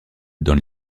dans